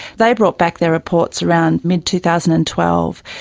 they brought back their reports around mid two thousand and twelve.